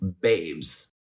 babes